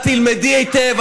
את תלמדי היטב,